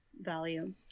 value